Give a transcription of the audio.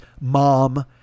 mom